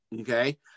Okay